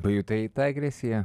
pajutai tą agresiją